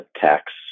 tax